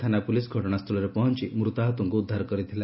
ଥାନା ପୁଲିସ୍ ଘଟଣାସ୍ତୁଳରେ ପହଞ୍ ମୃତାହତଙ୍ଙୁ ଉଦ୍ଧାର କରିଥିଲା